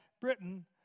Britain